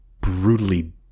brutally